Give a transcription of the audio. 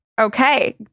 Okay